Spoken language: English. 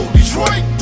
Detroit